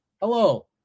Hello